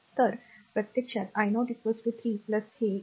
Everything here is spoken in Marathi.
तर प्रत्यक्षात i 0 3 हे 0